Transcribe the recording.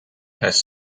has